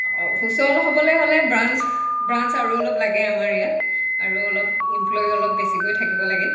সুচল হ'বলৈ হ'লে ব্ৰাঞ্চ ব্ৰাঞ্চ আৰু অলপ লাগে আমাৰ ইয়াত আৰু অলপ এমপ্লয়ী অলপ বেছিকৈ থাকিব লাগে